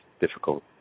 difficult